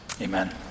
Amen